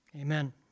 Amen